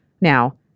Now